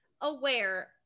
aware